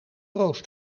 roos